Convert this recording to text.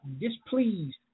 displeased